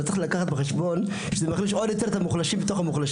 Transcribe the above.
אבל הוא עוד יותר מחליש את המוחלשים בתוך המוחלשים,